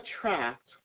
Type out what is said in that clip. attract